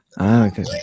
Okay